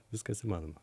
viskas įmanoma